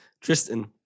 Tristan